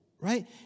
right